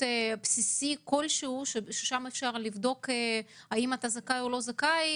בסיסי שם אפשר לבדוק אם אתה זכאי או לא זכאי?